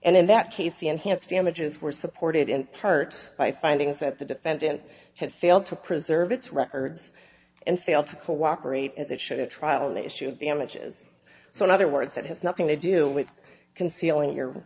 and in that case the enhanced damages were supported and hurt by findings that the defendant had failed to preserve its records and failed to cooperate as it should a trial issue of damages so in other words it has nothing to do with concealing your